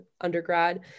undergrad